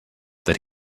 that